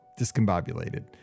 discombobulated